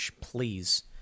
please